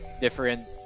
different